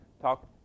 talk